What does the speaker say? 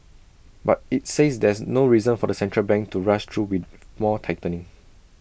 but IT says there's no reason for the central bank to rush though with more tightening